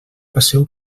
passeu